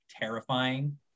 terrifying